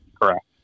Correct